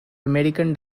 american